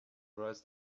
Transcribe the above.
writes